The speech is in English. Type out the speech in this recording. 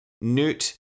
Newt